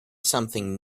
something